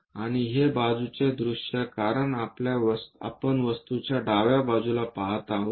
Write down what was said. आणि हे बाजूच्या दृश्य असेल कारण आपण वस्तूच्या डाव्या बाजूला पहात आहोत